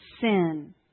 Sin